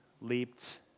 leaped